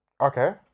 Okay